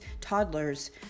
toddlers